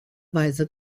weise